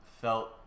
felt